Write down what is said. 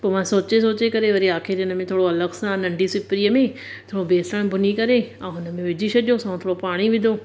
पो मां सोचे सोचे करे वरी आखिर हिन में थोड़ो अलग सां नंढी सिपरीअ में थोड़ो बेसन भुञी करे अऊं हुन में विझी सॼियोसि अऊं थोड़ो पाणी विधो